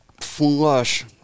flush